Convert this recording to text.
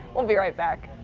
we'll be right back.